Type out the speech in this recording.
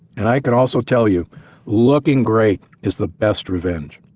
and i can also tell you looking great is the best revenge.